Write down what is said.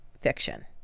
fiction